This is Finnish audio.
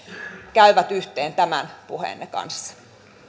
käyvät yhteen tämän puheenne kanssa